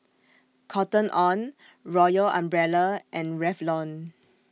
Cotton on Royal Umbrella and Revlon